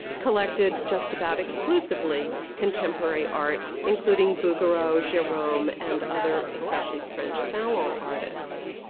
collected just about exclusively contemporary art including bouguereau, gerome, and other especially french so um artists.